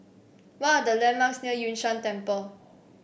what are the landmarks near Yun Shan Temple